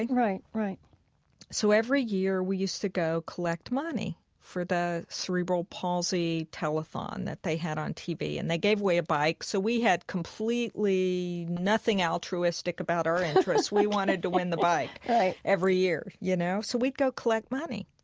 right. right. right so every year we used to go collect money for the cerebral palsy telethon that they had on tv. and they gave away a bike, so we had completely nothing altruistic about our. and we wanted to win the bike right every year. you know, so we'd go collect money.